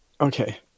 Okay